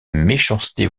méchanceté